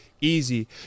easy